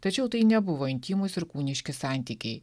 tačiau tai nebuvo intymūs ir kūniški santykiai